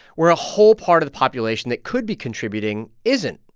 where a whole part of the population that could be contributing isn't,